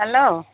hello